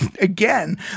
again